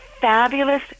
fabulous